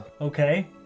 Okay